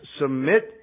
submit